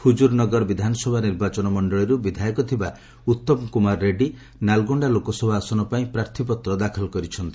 ହୁଜୁରୁନଗର ବିଧାନସଭା ନିର୍ବାଚନ ମଣ୍ଡଳୀରୁ ବିଧାୟକ ଥିବା ଉତ୍ତମକୁମାର ରେଡ୍ଡୀ ନାଲଗୋଣ୍ଡା ଲୋକସଭା ଆସନ ପାଇଁ ପ୍ରାର୍ଥୀପତ୍ର ଦାଖଲ କରିଛନ୍ତି